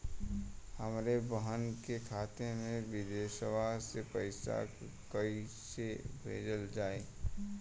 हमरे बहन के खाता मे विदेशवा मे पैसा कई से भेजल जाई?